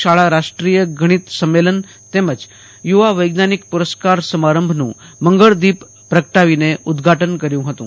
શાળા રાષ્ટ્રીય ગણિત સંમેલન તેમજ યુવા વૈજ્ઞાનિક પુરસ્કાર સમારંભનું મંગલદીપ પ્રગટાવીને ઉદઘાટન કર્યું હતું